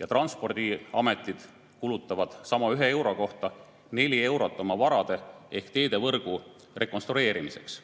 ja transpordiametid kulutavad sama ühe euro kohta neli eurot oma varade ehk teevõrgu rekonstrueerimiseks.